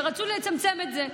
ורצו לצמצם את זה.